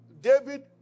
David